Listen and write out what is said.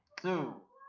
two